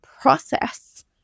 process